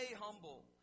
humble